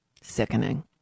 Sickening